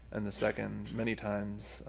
and the second many times,